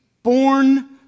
born